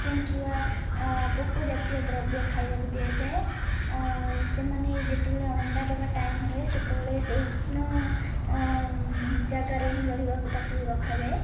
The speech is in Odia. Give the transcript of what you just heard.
କେଞ୍ଚୁଆ ପୋକଜାତୀୟ ଦ୍ରବ୍ୟ ଖାଇବାକୁ ଦିଆଯାଏ ଆଉ ସେମାନେ ଯେତେବେଳେ ଅଣ୍ଡା ଦେବା ଟାଇମ୍ ହୁଏ ସେତେବେଳେ ସେ ଉଷ୍ଣ ଜାଗାରେ ହିଁ ରହିବାକୁ ତାକୁ ରଖାଯାଏ